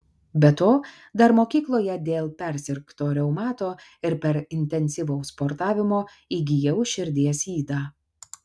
be to dar mokykloje dėl persirgto reumato ir per intensyvaus sportavimo įgijau širdies ydą